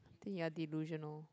then you are delusional